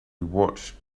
watched